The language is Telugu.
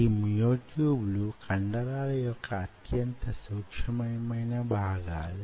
ఈ మ్యో ట్యూబ్లు కండరాల యొక్క అత్యంత సూక్ష్మమైన భాగాలు